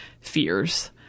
fears